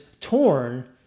torn